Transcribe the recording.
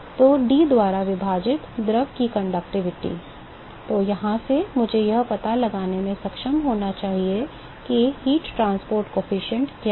तो D द्वारा विभाजित द्रव की चालकता तो यहां से मुझे यह पता लगाने में सक्षम होना चाहिए कि ऊष्मा परिवहन गुणांक क्या है